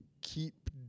keep